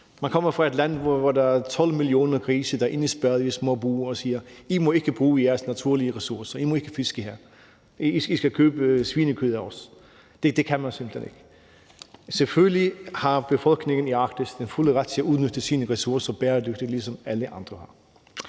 Man kommer fra et land, hvor der er 12 millioner grise, der er indespærret i små bure, og siger: I må ikke bruge jeres naturlige ressourcer, I må ikke fiske her, I skal købe svinekød af os. Det kan man simpelt hen ikke. Selvfølgelig har befolkningen i Arktis den fulde ret til at udnytte sine ressourcer bæredygtigt, ligesom alle andre har.